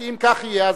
כי אם כך יהיה,